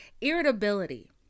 Irritability